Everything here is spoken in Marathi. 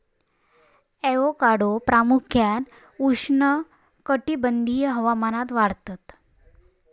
ॲवोकाडो प्रामुख्यान उष्णकटिबंधीय हवामानात वाढतत